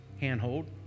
handhold